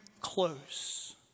close